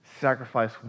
sacrifice